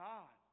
God